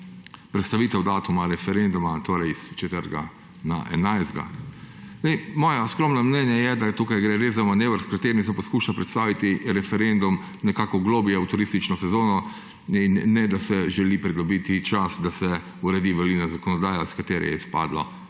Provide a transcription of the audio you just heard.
prelaga datum referenduma torej s 4. na 11. Zdaj, moje skromno mnenje je, da tukaj gre res za manever, s katerim se poskuša prestaviti referendum nekako globlje v turistično sezono, in ne, da se želi pridobiti čas, da se uredi volilna zakonodaja, iz katere je izpadlo